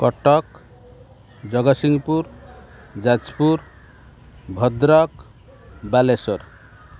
Cuttack Jagatsinghpur Jajpur Bhadrak Balasore